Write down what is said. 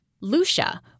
Lucia